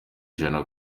ijana